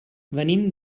venim